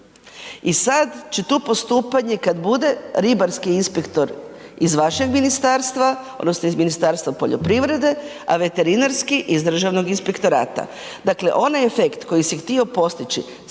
I sad će tu postupanje kad bude ribarski inspektor iz vašeg ministarstva odnosno iz Ministarstva poljoprivrede, a veterinarski iz Državnog inspektorata. Dakle, onaj efekt koji se htio postići